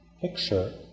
picture